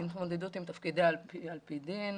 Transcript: להתמודדות עם תפקידיה על פי דין.